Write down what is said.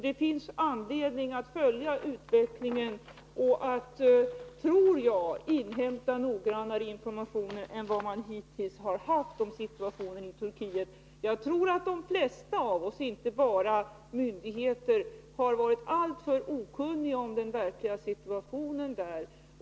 Det finns anledning att följa utvecklingen och att inhämta något noggrannare informationer än vad vi hittills har haft om situationen i Turkiet; jag tror att de flesta av oss — inte bara myndigheter — har varit alltför okunniga om den verkliga situationen där.